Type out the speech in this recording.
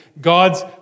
God's